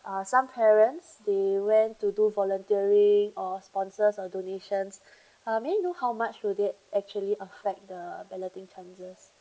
uh some parents they went to do volunteering or sponsors or donations uh may I know how much will they actually affect the balloting chances